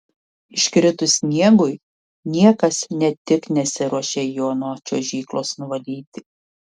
iškritus sniegui niekas ne tik nesiruošia jo nuo čiuožyklos nuvalyti